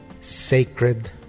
sacred